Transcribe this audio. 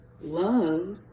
love